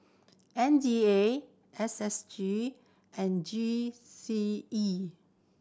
M D A S S G and G C E